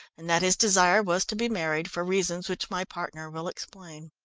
and that his desire was to be married, for reasons which my partner will explain.